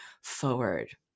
forward